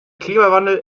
klimawandel